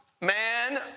man